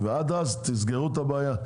עד אז תסגרו את הבעיה.